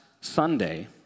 Sunday